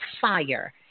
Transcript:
fire